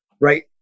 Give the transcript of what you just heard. Right